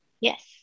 Yes